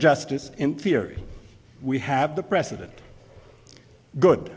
justice in theory we have the precedent good